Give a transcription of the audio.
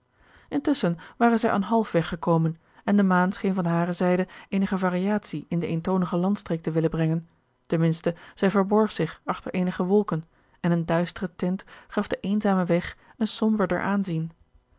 intusschen waren zij aan halfweg gekomen en de maan scheen van hare zijde eenige variatie in de eentoonige landstreek te willen brengen ten minste zij verborg zich achter eenige wolken en een duistere tint gaf den eenzamen weg een somberder aanzien